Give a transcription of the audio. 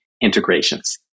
integrations